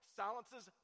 silences